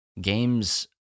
games